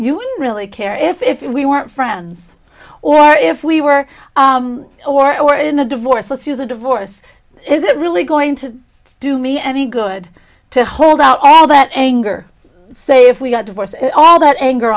you really care if we weren't friends or if we were a war or in a divorce let's use a divorce is it really going to do me any good to hold out all that anger say if we got divorce and all that anger